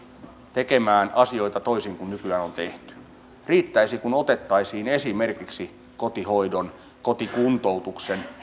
tekemään asioita toisin kuin nykyään on tehty riittäisi kun otettaisiin esimerkiksi kotihoidon kotikuntoutuksen